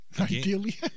ideally